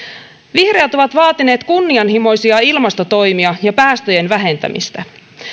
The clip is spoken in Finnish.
vihreät ovat vaatineet kunnianhimoisia ilmastotoimia ja päästöjen vähentämistä